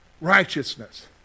righteousness